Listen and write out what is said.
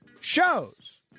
shows